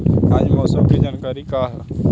आज मौसम के जानकारी का ह?